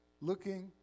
Looking